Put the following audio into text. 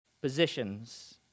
positions